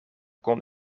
kon